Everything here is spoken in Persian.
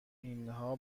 اینها